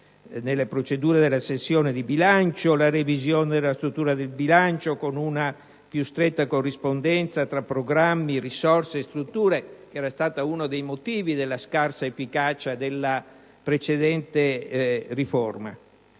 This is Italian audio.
nelle procedure della sessione bilancio, la revisione della struttura di bilancio - con una più stretta corrispondenza tra programmi, risorse e strutture - che era stata uno dei motivi della scarsa efficacia della precedente riforma.